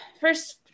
first